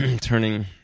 turning